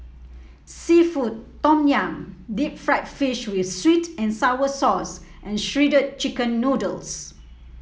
seafood Tom Yum Deep Fried Fish with sweet and sour sauce and Shredded Chicken Noodles